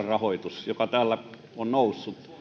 rahoitus joka täällä on noussut